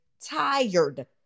tired